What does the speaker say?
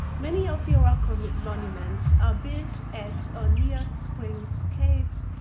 many of the rock um monuments are built at or near springs, caves,